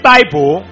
Bible